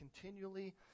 continually